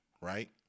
right